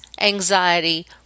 anxiety